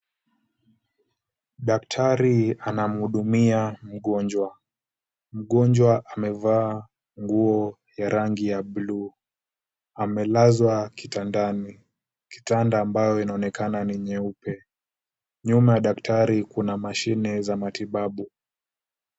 Daktari anamhudumia mgonjwa. Mgonjwa amevaa nguo ya rangi ya buluu. Amelazwa kitandani. Kitanda ambayo inaonekana ni nyeupe. Nyuma ya daktari kuna mashine za matibabu.